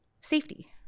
safety